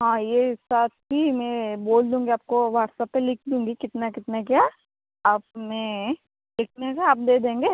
हाँ ये सब की मैं बोल दूँगी आपको व्हाट्सप्प पर लिख दूँगी कितने कितने क्या आपने कितने का आप दे देंगे